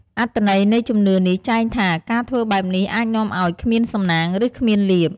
អត្ថន័យនៃជំនឿនេះចែងថា ការធ្វើបែបនេះអាចនាំឲ្យ គ្មានសំណាង ឬ គ្មានលាភ។